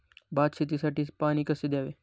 भात शेतीसाठी पाणी कसे द्यावे?